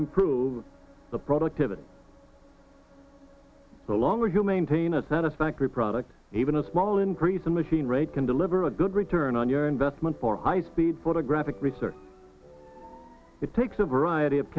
improve the productivity of the longer you maintain a satisfactory product even a small increase in machine rate can deliver a good return on your investment for high speed photographic research it takes a variety of